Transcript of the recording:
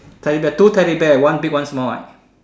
teddy bear two teddy bear one big one small one